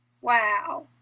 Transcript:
Wow